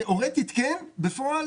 תיאורטית כן אבל בפועל